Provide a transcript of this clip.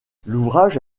l’ouvrage